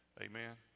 Amen